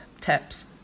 tips